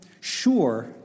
sure